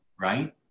right